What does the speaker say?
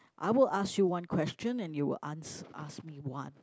I will ask you one question and you will answer ask me one